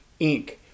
Inc